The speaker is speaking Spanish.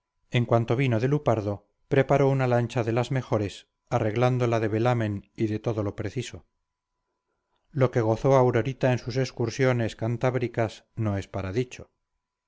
en cuanto vino de lupardo preparó una lancha de las mejores arreglándola de velamen y de todo lo preciso lo que gozó aurorita en sus excursiones cantábricas no es para dicho